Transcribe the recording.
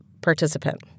participant